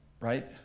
right